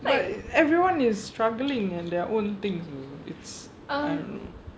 like everyone is struggling in their own things it's I don't know